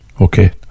Okay